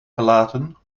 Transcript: gelaten